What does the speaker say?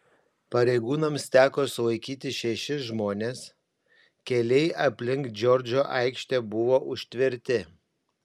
pareigūnams teko sulaikyti šešis žmones keliai aplink džordžo aikštę buvo užtverti